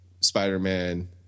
Spider-Man